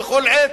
בכל עת,